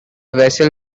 vessel